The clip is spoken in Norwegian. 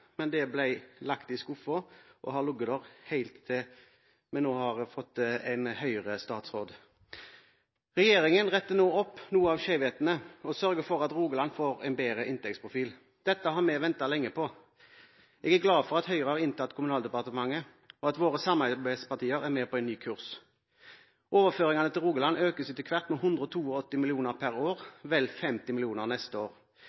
men det ble lagt i skuffen og har ligget der helt til vi nå har fått en Høyre-statsråd. Regjeringen retter nå opp noen av skjevhetene og sørger for at Rogaland får en bedre inntektsprofil. Dette har vi ventet lenge på. Jeg er glad for at Høyre har inntatt Kommunaldepartementet, og at våre samarbeidspartier er med på en ny kurs. Overføringene til Rogaland økes etter hvert med 182 mill. kr per år og vel 50 mill. kr neste år.